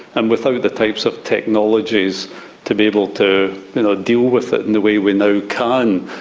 and without the types of technologies to be able to deal with it in the way we now can,